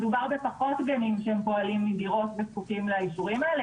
מדובר בפחות גנים שהם פועלים מדירות וזקוקים לאישורים האלה.